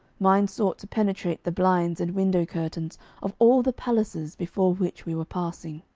mine sought to penetrate the blinds and window-curtains of all the palaces before which we were passing.